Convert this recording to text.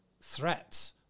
threat